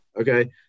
Okay